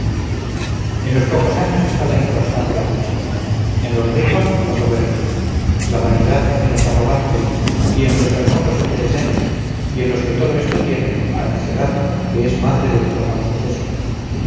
en los pocos años está la inconstancia mucha en los ricos la soberbia la vanidad en los arrogantes y en los hermosos el desdén y en los que todo esto tienen la necedad que es madre de todo mal suceso